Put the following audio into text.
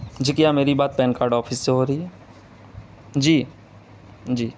جی کیا میری بات پین کارڈ آفس سے ہو رہی ہے جی جی